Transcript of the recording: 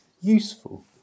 useful